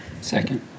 Second